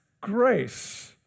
grace